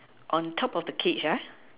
on top of the cage